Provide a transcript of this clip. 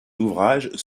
ouvrages